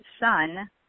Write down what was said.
son